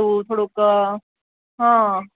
એવું થોડુંક હં